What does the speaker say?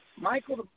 Michael